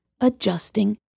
adjusting